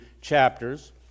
chapters